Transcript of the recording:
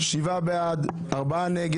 הצבעה אושר אושר.